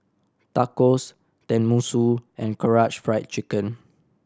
Tacos Tenmusu and Karaage Fried Chicken